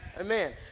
Amen